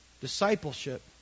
Discipleship